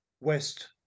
West